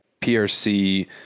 PRC